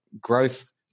growth